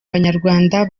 banyarwanda